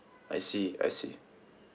I see I see